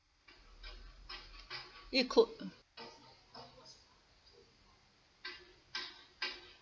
it could